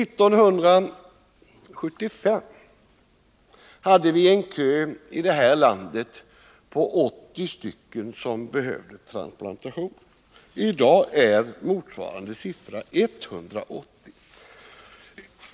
1975 hade vi en kö i det här landet på 80 personer som behövde transplantationer. I dag är motsvarande siffra 180.